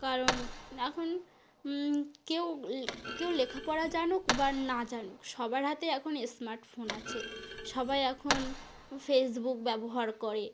কারণ এখন কেউ কেউ লেখাপড়া জানুক বা না জানুক সবার হাতে এখন স্মার্ট ফোন আছে সবাই এখন ফেসবুক ব্যবহার করে